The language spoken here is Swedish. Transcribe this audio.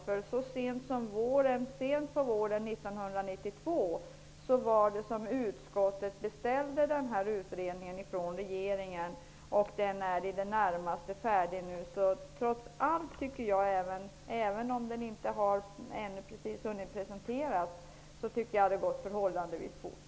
Det var sent på våren 1992 som utskottet beställde den här utredningen från regeringen, och den är i det närmaste färdig nu. Även om den inte har hunnit presenteras ännu tycker jag trots allt att det har gått förhållandevis fort.